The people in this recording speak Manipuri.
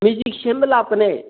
ꯃꯦꯖꯤꯛ ꯁꯦꯝꯕ ꯂꯥꯛꯄꯅꯦ